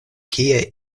kie